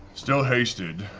still hasted.